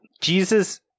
Jesus